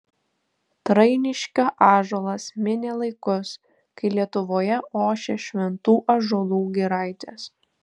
trainiškio ąžuolas minė laikus kai lietuvoje ošė šventų ąžuolų giraitės